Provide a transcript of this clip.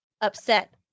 upset